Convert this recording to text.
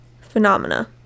phenomena